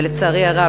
אבל לצערי הרב,